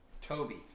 Toby